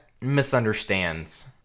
misunderstands